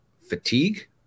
fatigue